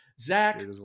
Zach